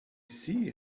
sea